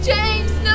James